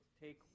take